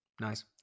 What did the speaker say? Nice